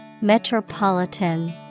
Metropolitan